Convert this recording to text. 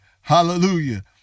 Hallelujah